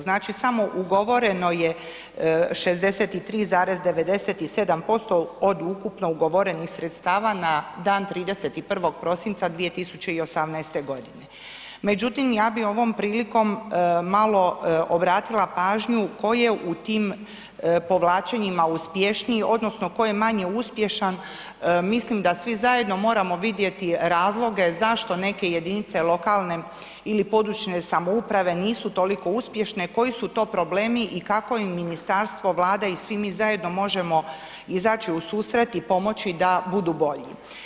Znači, samo ugovoreno je 63,97% od ukupno ugovorenih sredstava na dan 31. prosinca 2018.g. Međutim, ja bi ovom prilikom malo obratila pažnju tko je u tim povlačenjima uspješniji odnosno tko je manje uspješan, mislim da svi zajedno moramo vidjeti razloge zašto neke jedinice lokalne ili područne samouprave nisu toliko uspješne, koji su to problemi i kako im ministarstvo, Vlada i svi mi zajedno možemo izaći u susret i pomoći da budu bolji.